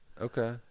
Okay